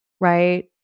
right